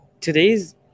Today's